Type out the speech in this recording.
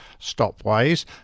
stopways